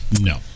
No